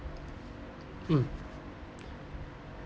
um